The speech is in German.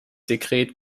sekret